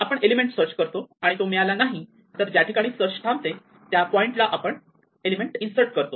आपण element search करतो आणि तो मिळाला नाही तर ज्या ठिकाणी सर्च थांबते त्या पॉईंट ला आपण मॉडेल इन्सर्ट करतो